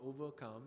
overcome